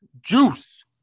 juice